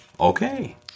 Okay